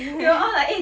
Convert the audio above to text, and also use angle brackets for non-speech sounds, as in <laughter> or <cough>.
<noise>